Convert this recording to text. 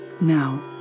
Now